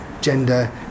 gender